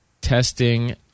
testing